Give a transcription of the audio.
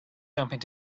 jumping